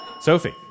Sophie